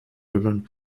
ribbon